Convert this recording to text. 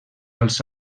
als